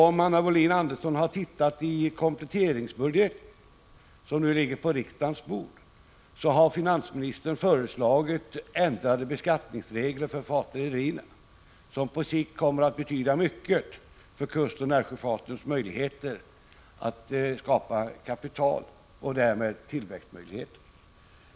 Om Anna Wohlin-Andersson har tittat i kompletteringsbudgeten, som nu ligger på riksdagens bord, vet hon att finansministern har föreslagit ändrade beskattningsregler för partrederierna som på sikt kommer att betyda mycket för kustoch närsjöfartens möjligheter att skapa kapital och därmed tillväxt.